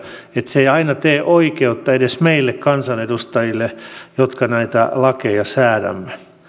että se ei aina tee oikeutta edes meille kansanedustajille jotka näitä lakeja säädämme